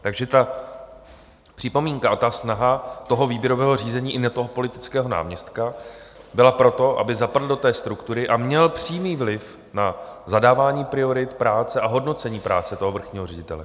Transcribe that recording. Takže ta připomínka a snaha výběrového řízení i na politického náměstka byla proto, aby zapadl do té struktury a měl přímý vliv na zadávání priorit, práce a hodnocení práce vrchního ředitele.